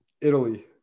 Italy